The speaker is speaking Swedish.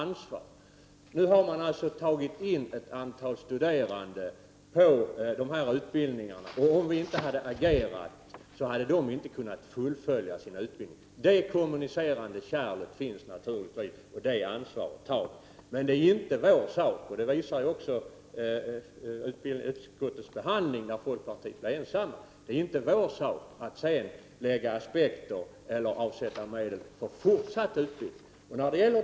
Nu har man tagit in ett antal studerande på de utbildningarna, och om vi inte hade agerat, hade de inte kunnat fullfölja sin utbildning. På det sättet handlar det naturligvtvis om kommunicerande kärl, och det ansvaret tar vi. Men det är inte vår sak — och på den punkten har folkpartiet blivit ensamt vid utskottsbehandlingen — att avsätta medel för fortsatt utbildning.